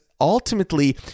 ultimately